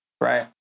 right